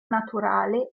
naturale